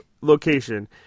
location